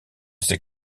ces